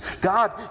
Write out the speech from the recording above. God